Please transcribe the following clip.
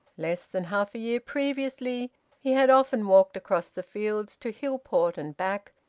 less than half a year previously he had often walked across the fields to hillport and back,